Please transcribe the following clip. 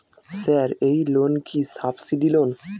Sir এই loan কি subsidy loan?